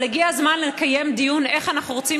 אבל הגיע הזמן לקיים דיון איך אנחנו רוצים